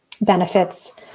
benefits